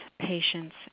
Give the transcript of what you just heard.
patients